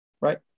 right